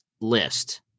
list